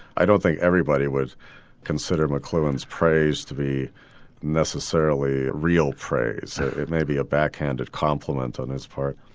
i don't think everybody would consider mcluhan's praise to be necessarily real praise. it may be a backhanded compliment on his part.